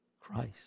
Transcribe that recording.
Christ